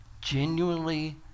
genuinely